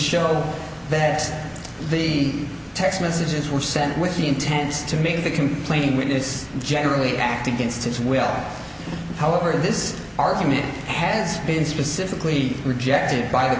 show that the text messages were sent with the intent to make the complaining witness generally act against his will however this argument has been specifically rejected by the